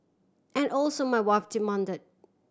and also my wife demand